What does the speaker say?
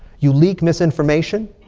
you leak misinformation.